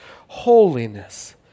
holiness